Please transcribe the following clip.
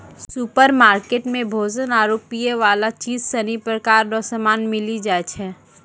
supermarket मे भोजन आरु पीयवला चीज सनी प्रकार रो समान मिली जाय छै